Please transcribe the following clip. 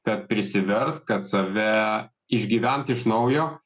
kad prisiverst kad save išgyvent iš naujo